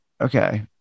okay